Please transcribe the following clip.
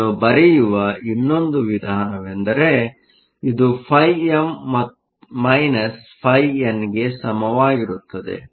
ಇದನ್ನು ಬರೆಯುವ ಇನ್ನೊಂದು ವಿಧಾನವೆಂದರೆ ಇದು φm - φn ಗೆ ಸಮವಾಗಿರುತ್ತದೆ